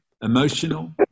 emotional